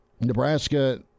Nebraska